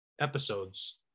episodes